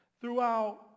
Throughout